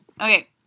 Okay